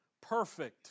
Perfect